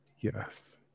Yes